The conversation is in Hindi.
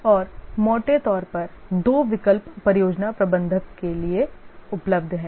और मोटे तौर पर दो विकल्प परियोजना प्रबंधक के लिए उपलब्ध हैं